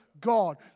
God